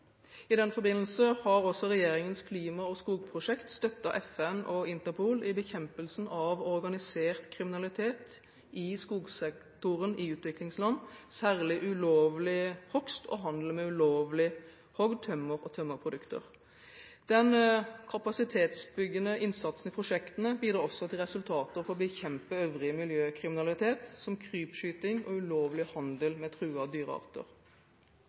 I den forbindelse har også regjeringens klima- og skogprosjekt støttet FN og Interpol i bekjempelsen av organisert kriminalitet i skogsektoren i utviklingsland, særlig ulovlig hogst og handel med ulovlig hogd tømmer og tømmerprodukter. Den kapasitetsbyggende innsatsen i prosjektene bidrar også til resultater for å bekjempe øvrig miljøkriminalitet, som krypskyting og ulovlig handel med truede dyrearter.